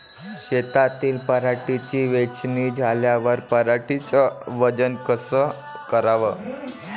शेतातील पराटीची वेचनी झाल्यावर पराटीचं वजन कस कराव?